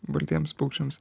baltiems paukščiams